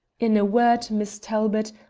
in a word, miss talbot,